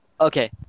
okay